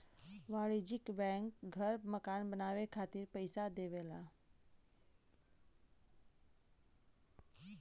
वाणिज्यिक बैंक घर मकान बनाये खातिर पइसा देवला